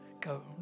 go